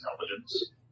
intelligence